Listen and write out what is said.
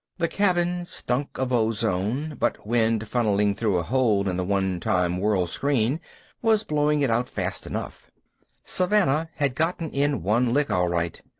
the cabin stunk of ozone, but wind funneling through a hole in the one-time world screen was blowing it out fast enough savannah had gotten in one lick, all right.